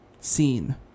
seen